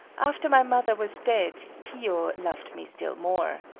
after my mother was dead, kiyo loved me still more.